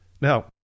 Now